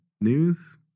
news